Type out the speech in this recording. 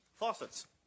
Faucets